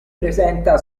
presenta